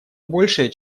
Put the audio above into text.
большее